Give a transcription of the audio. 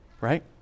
right